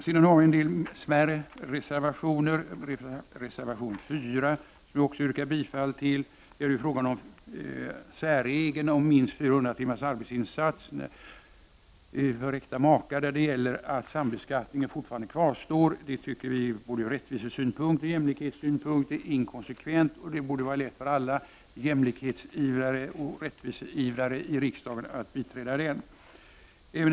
Sedan kommer en del smärre reservationer. Jag yrkar bifall till reservation 4, som gäller särregeln om minst 400 timmars arbetsinsats för äkta makar när det gäller medhjälpande make i familjeföretag. Här kvarstår sambeskattningen, vilket vi tycker är inkonsekvent från rättviseoch jämlikhetssynpunkt. Det borde vara lätt för alla jämlikhetsivrare och rättviseivrare i riksdagen att biträda reservationen.